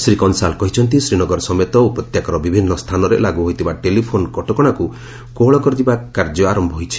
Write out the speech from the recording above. ଶ୍ରୀ କଂସାଳ କହିଛନ୍ତି ଶ୍ରୀନଗର ସମେତ ଉପତ୍ୟକାର ବିଭିନ୍ନ ସ୍ଥାନରେ ଲାଗୁ ହୋଇଥିବା ଟେଲିଫୋନ୍ କଟକଣାକୁ କୋହଳ କରିବା କାର୍ଯ୍ୟ ଆରମ୍ଭ ହୋଇଛି